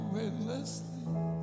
endlessly